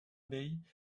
bay